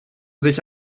sich